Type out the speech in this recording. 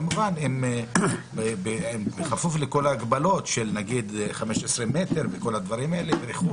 כמובן כפוף לכל ההגבלות של 15 מטרים וכולי.